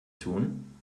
tun